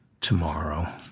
tomorrow